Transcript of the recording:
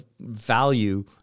value